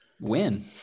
Win